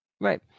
Right